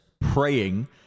praying